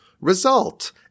result